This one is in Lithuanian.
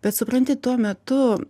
bet supranti tuo metu